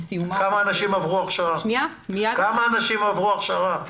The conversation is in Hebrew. כמה אנשים עברו הכשרה?